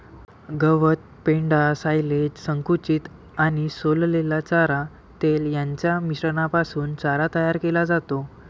गवत, पेंढा, सायलेज, संकुचित आणि सोललेला चारा, तेल यांच्या मिश्रणापासून चारा तयार केला जातो